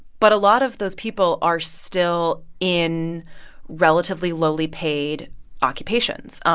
but a lot of those people are still in relatively lowly paid occupations. um